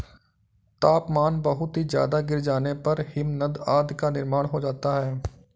तापमान बहुत ही ज्यादा गिर जाने पर हिमनद आदि का निर्माण हो जाता है